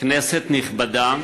כנסת נכבדה,